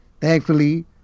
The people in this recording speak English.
thankfully